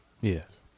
Yes